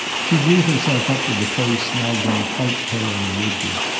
she drew herself up with a face now grown quite pale and rigid.